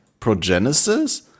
Progenesis